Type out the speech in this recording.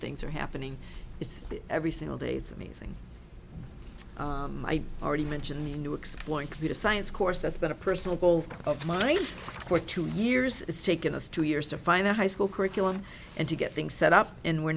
things are happening is that every single day it's amazing i already mentioned the new exploring computer science course that's been a personal goal of mine for two years it's taken us two years to find the high school curriculum and to get things set up and we're